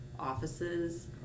Offices